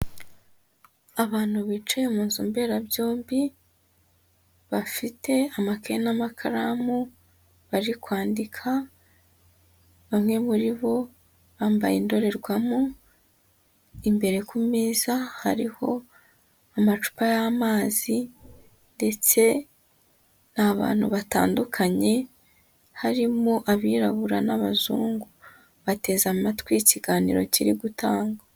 Abantu bicaye mu nzu mberabyombi, bafite amakaye n'amakaramu, bari kwandika, bamwe muri bo bambaye indorerwamo, imbere ku meza hariho amacupa y'amazi ndetse ni abantu batandukanye harimo abirabura n'abazungu, bateze amatwi ikiganiro kiri gutangwa.